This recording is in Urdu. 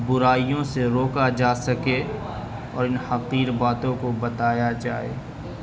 برائیوں سے روکا جا سکے اور ان حقیر باتوں کو بتایا جائے